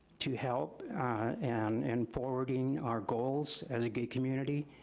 to help and in forwarding our goals as a gay community,